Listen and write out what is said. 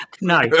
no